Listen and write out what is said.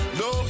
no